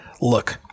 look